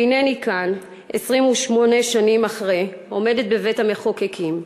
והנני כאן, 28 שנים אחרי, עומדת בבית-המחוקקים,